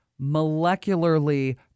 molecularly